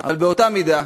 אבל באותה מידה,